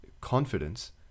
confidence